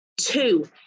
two